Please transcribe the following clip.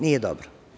Nije dobro.